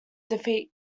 defeat